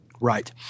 Right